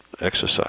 exercise